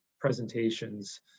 presentations